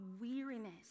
weariness